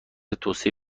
توسعه